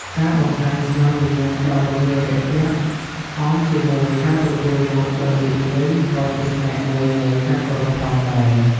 ការបង្ហាញស្នាមញញឹមដ៏រួសរាយរាក់ទាក់ អមជាមួយការទទួលយកដោយរីករាយ ក៏ជាផ្នែកមួយនៃការគោរពផងដែរ។